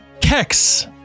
Kex